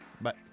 bye